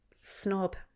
Snob